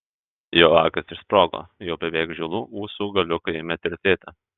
jo akys išsprogo jau beveik žilų ūsų galiukai ėmė tirtėti